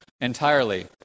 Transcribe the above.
entirely